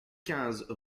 quinze